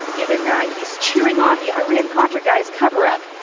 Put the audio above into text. given that he's cheering on the iran contra guy's cover-up.